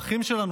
האחים שלנו,